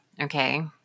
okay